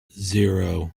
zero